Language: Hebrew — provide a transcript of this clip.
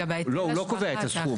לא הוא לא קובע את הסכום.